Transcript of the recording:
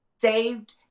saved